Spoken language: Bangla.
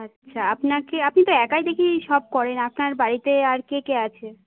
আচ্ছা আপনাকে আপনি তো একাই দেখি সব করেন আপনার বাড়িতে আর কে কে আছে